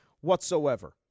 whatsoever